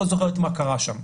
והיא לא זוכרת מה קרה שם.